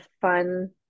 fun